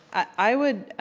i would.